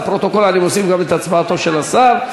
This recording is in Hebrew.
לפרוטוקול אני מוסיף גם את הצבעתו של השר.